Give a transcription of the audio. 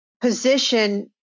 position